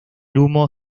humo